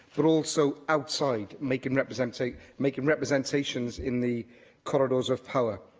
but also outside, making representations making representations in the corridors of power?